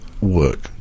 work